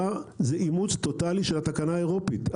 הוא אימוץ טוטלי של התקנה האירופית,